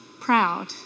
proud